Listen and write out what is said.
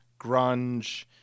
grunge